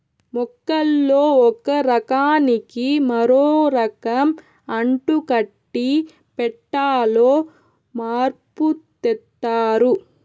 మొక్కల్లో ఒక రకానికి మరో రకం అంటుకట్టి పెట్టాలో మార్పు తెత్తారు